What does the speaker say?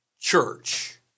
church